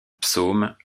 psaumes